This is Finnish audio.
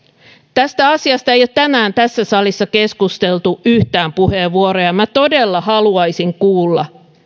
tästä asiasta ei ole tänään tässä salissa käytetty yhtään puheenvuoroa ja minä todella haluaisin kuulla